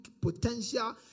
potential